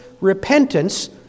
repentance